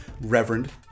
Reverend